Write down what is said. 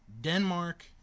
Denmark